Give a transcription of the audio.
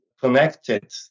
connected